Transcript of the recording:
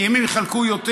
כי אם הם יחלקו יותר,